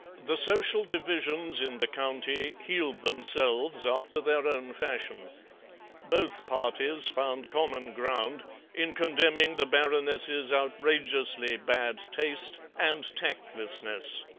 the social divisions in the county healed themselves after their own fashion both parties found common ground in condemning the baroness's outrageously bad taste and tactlessness.